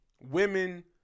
women